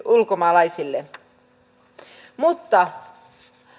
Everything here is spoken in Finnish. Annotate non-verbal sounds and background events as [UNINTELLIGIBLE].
[UNINTELLIGIBLE] ulkomaalaisille mutta